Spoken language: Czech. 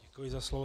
Děkuji za slovo.